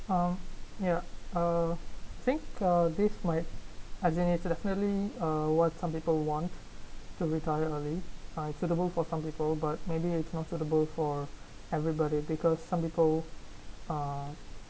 um ya uh think uh this might as in it's definitely uh what some people want to retire early uh to the who for some people but maybe it's not suitable for everybody because some people uh